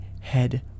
head